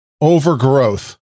overgrowth